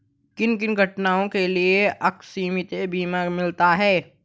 किन किन घटनाओं के लिए आकस्मिक बीमा मिलता है?